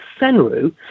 senru